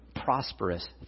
prosperous